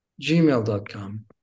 gmail.com